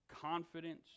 confidence